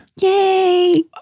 Yay